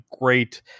great